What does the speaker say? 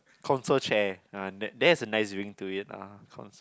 council chair ah that has a nice ring to it lah